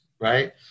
right